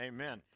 Amen